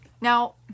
Now